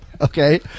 Okay